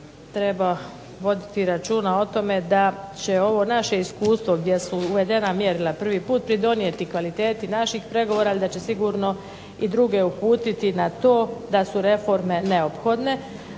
treba voditi računa o tome da će ovo naše iskustvo gdje su uvedena mjerila prvi put pridonijeti kvaliteti naših pregovora, ali da će sigurno i druge uputiti na to da su reforme neophodne.